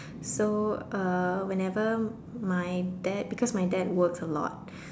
so uh whenever my dad because my dad works a lot